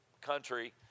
country